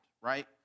right